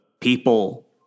people